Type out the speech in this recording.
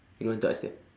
you don't want to ask them